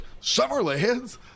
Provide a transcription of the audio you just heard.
summerlands